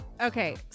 Okay